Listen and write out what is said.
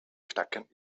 knacken